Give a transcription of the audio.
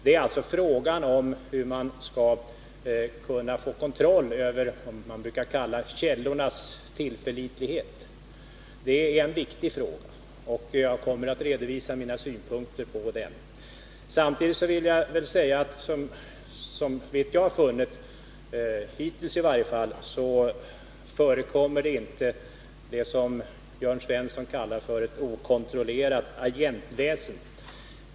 Det rör sig alltså om hur man skall kunna få kontroll över det man brukar kalla källornas tillförlitlighet. Det är en viktig fråga, och jag kommer att redovisa mina synpunkter på den. Samtidigt vill jag säga att såvitt jag har funnit, i varje fall hittills, förekommer inte det som Jörn Svensson kallar för ett okontrollerat agentväsende.